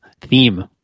theme